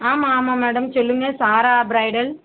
ஆமாம் ஆமாம் மேடம் சொல்லுங்கள் சாரா பிரைடல்